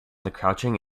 crouching